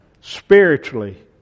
spiritually